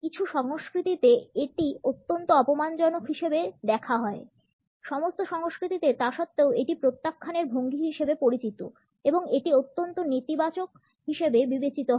কিছু সংস্কৃতিতে এটিকে অত্যন্ত অপমানজনক হিসাবে দেখা হয় সমস্ত সংস্কৃতিতে তা সত্ত্বেও এটি প্রত্যাখ্যানের ভঙ্গি হিসেবে পরিচিত এবং এটি অত্যন্ত নেতিবাচক হিসাবে বিবেচিত হয়